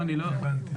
להיפך,